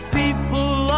people